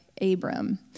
Abram